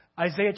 Isaiah